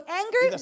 anger